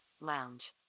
lounge